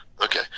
Okay